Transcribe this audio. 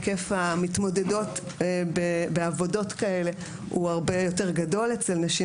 היקף המתמודדות בעבודות כאלה הוא הרבה יותר גדול בקרב נשים,